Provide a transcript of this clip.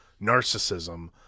narcissism